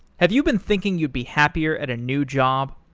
have you been thinking you'd be happier at a new job?